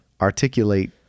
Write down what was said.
articulate